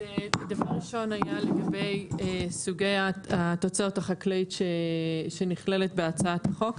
השאלה הראשונה הייתה לגבי סוגי התוצרת החקלאית שנכללת בהצעת החוק.